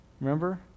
Remember